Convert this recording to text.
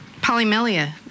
polymelia